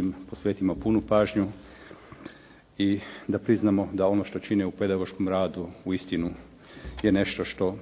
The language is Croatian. im posvetimo punu pažnju i da priznamo da ono što čine u pedagoškom radu uistinu je nešto što